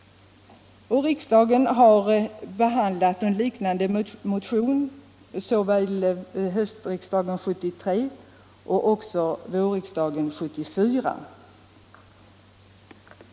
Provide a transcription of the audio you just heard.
Liknande motioner har behandlats av riksdagen såväl hösten 1973 som våren 1974.